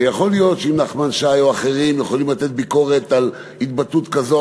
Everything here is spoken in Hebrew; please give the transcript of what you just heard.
יכול להיות שאם נחמן שי או אחרים יכולים לתת ביקורת על התבטאות כזאת,